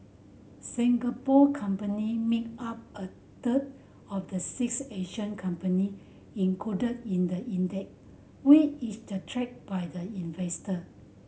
Singapore company made up a third of the six Asian company included in the index which is tracked by the investor